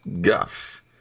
Gus